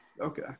Okay